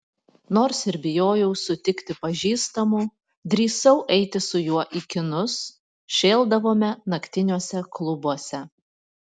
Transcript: nors ir bijojau sutikti pažįstamų drįsau eiti su juo į kinus šėldavome naktiniuose klubuose